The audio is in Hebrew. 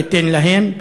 ייתן להן,